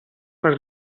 per